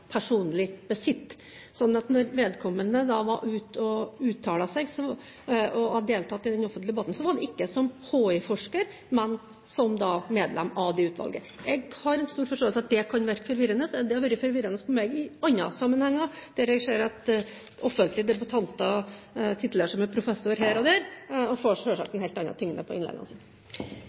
Når vedkommende uttalte seg og deltok i den offentlige debatten, var det ikke som HI-forsker, men som medlem av det utvalget. Jeg har stor forståelse for at det kan virke forvirrende. Det har vært forvirrende for meg i andre sammenhenger, der jeg ser at offentlige debattanter titulerer seg med professor her og der og selvsagt får en helt annen tyngde på innleggene